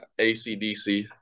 ACDC